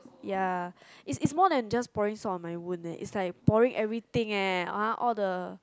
ya is is more than just pouring salt on my wound leh is like pouring everything eh ah all the